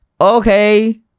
Okay